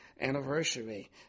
anniversary